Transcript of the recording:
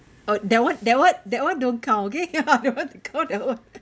oh that [one] that [one] that [one] don't count okay that [one] don't count ever